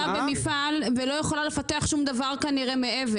במפעל ולא יכולה לפתח שום דבר מעבר.